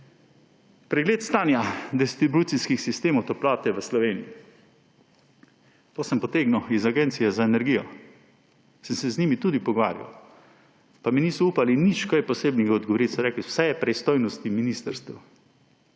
Pregled stanja distribucijskih sistemov toplote v Slovenije. To sem potegnil iz Agencije za energijo, sem se z njimi tudi pogovarjal, pa mi niso upali nič kaj posebnega odgovoriti. So rekli, vse je v pristojnosti ministrstev.